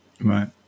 Right